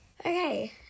Okay